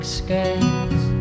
skies